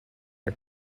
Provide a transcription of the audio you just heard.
are